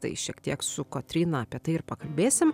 tai šiek tiek su kotryna apie tai ir pakalbėsim